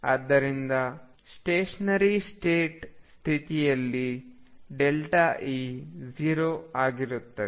ಆದ್ದರಿಂದ ಸ್ಟೇಷನರಿ ಸ್ಥಿತಿಯಲ್ಲಿ E 0 ಆಗಿರುತ್ತದೆ